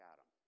Adam